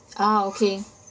ah okay